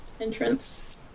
entrance